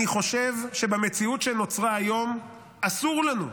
אני חושב שבמציאות שנוצרה היום אסור לנו,